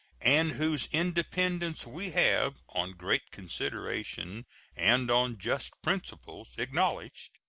and whose independence we have, on great consideration and on just principles, acknowledged,